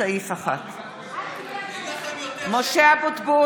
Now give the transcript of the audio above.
לסעיף 1. (קוראת בשמות חברי הכנסת) משה אבוטבול,